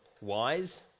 wise